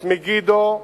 את מגידו,